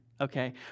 Okay